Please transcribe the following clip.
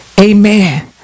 Amen